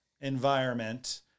environment